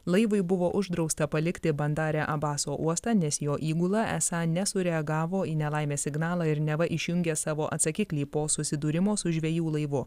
laivui buvo uždrausta palikti bandare abaso uostą nes jo įgula esą nesureagavo į nelaimės signalą ir neva išjungė savo atsakiklį po susidūrimo su žvejų laivu